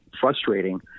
frustrating